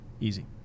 Easy